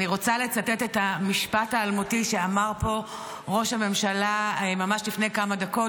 אני רוצה לצטט את המשפט האלמותי שאמר פה ראש הממשלה ממש לפני כמה דקות,